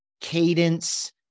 cadence